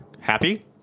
Happy